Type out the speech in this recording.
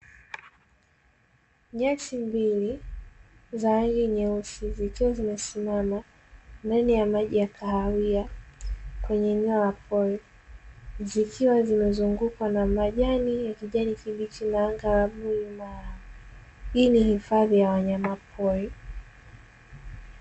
Nyasi mbili za rangi nyeusi zikiwa zimesimama ndani ya maji ya kahawia kwenye eneo la pori, zikiwa zimezungukwa na majani ya kijani kibichi na anga la bluu, Hii ni ifadhi ya wanyama pori.